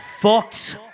fucked